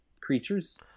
creatures